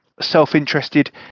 self-interested